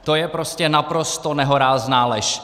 To je prostě naprosto nehorázná lež!